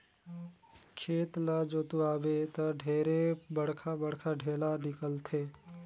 खेत ल जोतवाबे त ढेरे बड़खा बड़खा ढ़ेला निकलथे